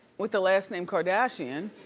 with the last name kardashian